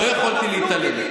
לא יכולתי להתעלם.